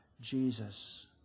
Jesus